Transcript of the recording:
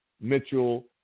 Mitchell